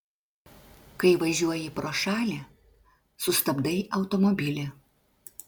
kai važiuoji pro šalį sustabdai automobilį